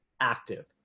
active